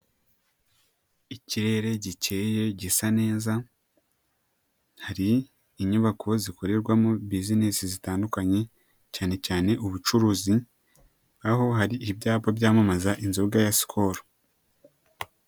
Ikirere gikeye gisa neza, hari inyubako zikorerwamo businesi zitandukanye, cyane cyane ubucuruzi, aho hari ibyapa byamamaza inzoga ya Skol.